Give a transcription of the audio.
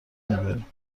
میبریم